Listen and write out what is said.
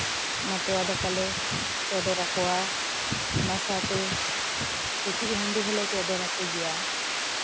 ᱚᱱᱟ ᱛᱚᱣᱟ ᱫᱟᱠᱟᱞᱮ ᱪᱚᱰᱚᱨ ᱟᱠᱚᱣᱟ ᱚᱱᱟ ᱥᱟᱶᱛᱮ ᱴᱩᱠᱩᱪ ᱦᱟᱺᱰᱤ ᱦᱚᱸᱞᱮ ᱪᱚᱰᱚᱨ ᱟᱠᱚ ᱜᱮᱭᱟ